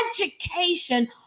education